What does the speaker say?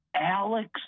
alex